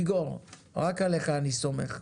איגור, רק עליך אני סומך.